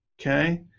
Okay